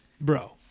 bro